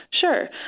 Sure